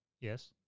Yes